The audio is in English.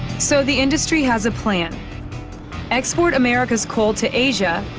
so the industry has a plan export america's coal to asia,